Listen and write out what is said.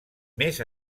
més